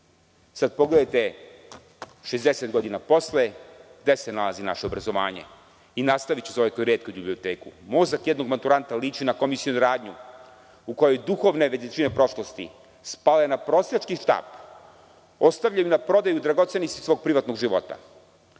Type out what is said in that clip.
Sada pogledajte 60 godina posle gde se nalazi naše obrazovanje. Nastaviću za one koji retku idu u biblioteku. Mozak jednog maturanta liči na komisionu radnju u kojoj duhovne veličine prošlosti spadaju na prosjački štap, ostavljen na prodaju dragocenosti svog privatnog života.